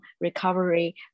recovery